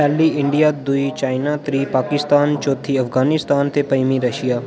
पैह्ली इंडिया दुई चाइना त्री पाकिस्तान चौथी अफ़ग़ानिस्तान ते पंजमी रशिया